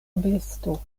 besto